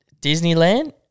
Disneyland